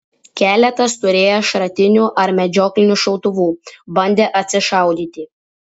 keletas turėję šratinių ar medžioklinių šautuvų bandė atsišaudyti